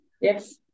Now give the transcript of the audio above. yes